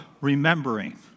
remembering